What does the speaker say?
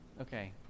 okay